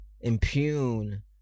impugn